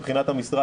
מבחינת המשרד,